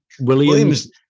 Williams